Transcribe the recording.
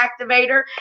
activator